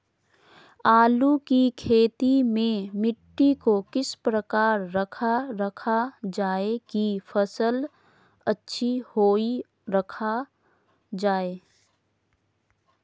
आलू की खेती में मिट्टी को किस प्रकार रखा रखा जाए की फसल अच्छी होई रखा जाए?